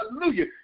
Hallelujah